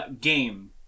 game